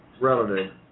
relative